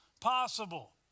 possible